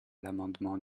l’amendement